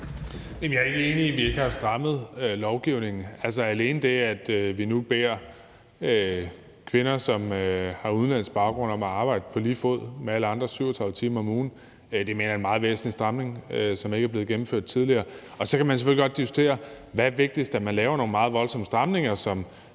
Jeg er ikke enig i, at vi ikke har strammet lovgivningen. Altså, alene det, at vi nu beder kvinder, som har udenlandsk baggrund, om på lige fod med alle andre at arbejde 37 timer om ugen, mener jeg er en meget væsentlig stramning, som ikke er blevet gennemført tidligere. Så kan man selvfølgelig godt diskutere, hvad der er vigtigst, altså om det er, at man laver nogle meget voldsomme stramninger, som